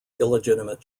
illegitimate